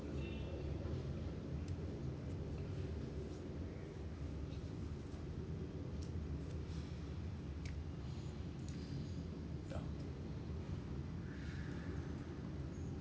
ya